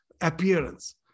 appearance